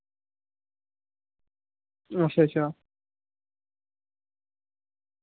अच्छा अच्छा